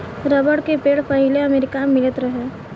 rubber के पेड़ पहिले अमेरिका मे मिलत रहे